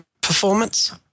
performance